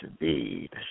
indeed